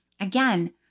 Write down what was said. Again